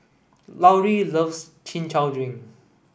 Lauri loves chin chow drink